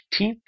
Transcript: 15th